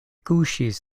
kuŝis